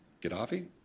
Gaddafi